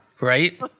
Right